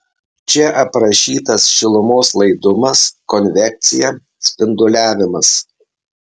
čia aprašytas šilumos laidumas konvekcija spinduliavimas